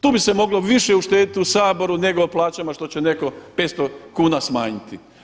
Tu bi se moglo više uštediti u Saboru nego o plaćama što će neko 500 kuna smanjiti.